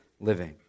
living